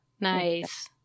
nice